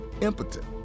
impotent